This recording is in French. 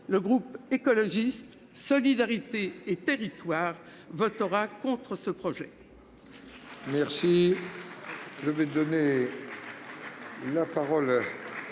le groupe Écologiste - Solidarité et Territoires votera contre le projet